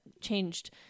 changed